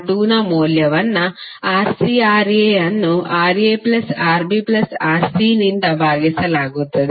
R2 ನ ಮೌಲ್ಯವನ್ನು RcRa ಅನ್ನು RaRbRc ನಿಂದ ಭಾಗಿಸಲಾಗುತ್ತದೆ